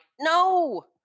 no